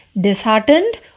disheartened